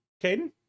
Caden